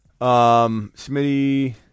Smitty